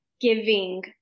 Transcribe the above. giving